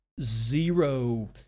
zero